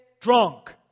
drunk